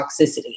toxicity